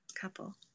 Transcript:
couple